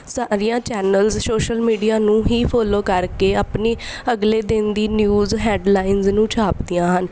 ਸਾਰੀਆਂ channels social media ਨੂੰ ਹੀ ਫੋਲੋ ਕਰਕੇ ਆਪਣੀ ਅਗਲੇ ਦਿਨ ਦੀ ਨਿਊਜ਼ ਹੈਡਲਾਈਨਜ ਨੂੰ ਛਾਪਦੀਆਂ ਹਨ